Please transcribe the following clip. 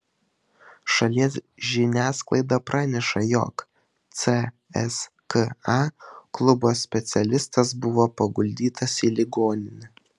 šalies žiniasklaida praneša jog cska klubo specialistas buvo paguldytas į ligoninę